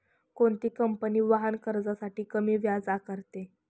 कोणती कंपनी वाहन कर्जासाठी कमी व्याज आकारते?